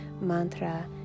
mantra